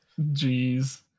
Jeez